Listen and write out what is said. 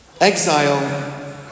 Exile